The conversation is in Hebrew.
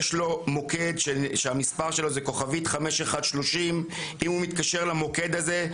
יש לו מוקד שהמספר שלו זה 5130*. אם הוא מתקשר למוקד הזה,